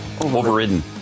overridden